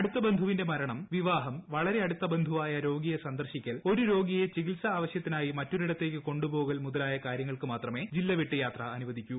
അടുത്ത് ബ്ന്ധുവിന്റെ മരണം വിവാഹം വളരെ അടൂത്ത ബന്ധൂവായ രോഗിയെ സന്ദർശിക്കൽ ഒരു രോഗിയെ ചികിൽസാ ആവശൃത്തിനായി മറ്റൊരിടത്തേയ്ക്ക് കൊണ്ടുപോകൽ മുതലായ കാര്യങ്ങൾക്ക് മാത്രമേ ജില്ല വിട്ട് യാത്ര അനുവദിക്കൂ